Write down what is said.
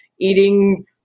eating